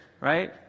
right